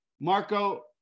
Marco